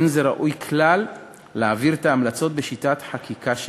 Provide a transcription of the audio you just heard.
אין זה ראוי כלל להעביר את ההמלצות בשיטת חקיקה שכזו,